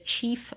chief